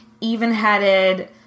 even-headed